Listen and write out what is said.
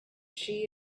she